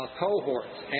cohorts